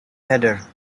header